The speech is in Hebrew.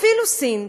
אפילו סין,